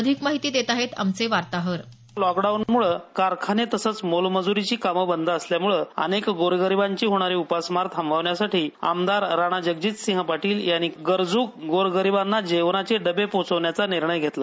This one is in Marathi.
अधिक माहिती देत आहे आमचे वार्ताहर लोक डाऊन मुळे कारखाने तसंच मोलमजुरी ची कामे बंद असल्यामुळे अनेक गोरगरिबांची होणारी उपासमार थांबवण्यासाठी आमदार राणाजगजितसिंह पाटील यांनी गरजू गोरगरिबांना जेवणाचे डबे पोहोचवण्याचा निर्णय घेतला